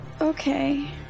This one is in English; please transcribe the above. Okay